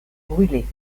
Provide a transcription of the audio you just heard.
brûlés